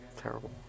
Terrible